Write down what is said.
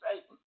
Satan